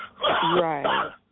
Right